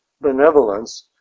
benevolence